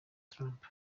trump